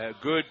good